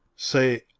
say,